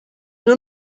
nur